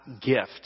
gift